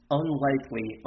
unlikely